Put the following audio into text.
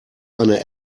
eine